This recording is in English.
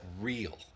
real